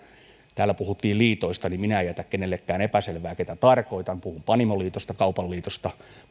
täällä puhuttiin liitoista niin minä en jätä kenellekään epäselvää ketä tarkoitan puhun panimoliitosta kaupan liitosta